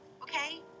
okay